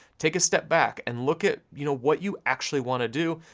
take a step back and look at you know what you actually wanna do,